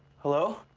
hello?